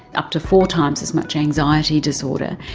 up to four times as much anxiety disorder.